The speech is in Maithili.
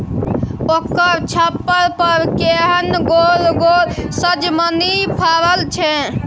ओकर छप्पर पर केहन गोल गोल सजमनि फड़ल छै